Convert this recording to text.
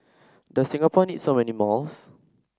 does Singapore need so many malls